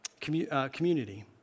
community